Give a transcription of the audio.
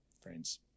friends